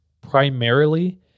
primarily